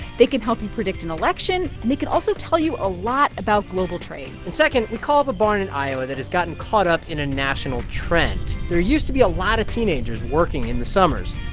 they can help you predict an election, and they could also tell you a lot about global trade and second, we call up a barn in iowa that has gotten caught up in a national trend. there used to be a lot of teenagers working in the summers.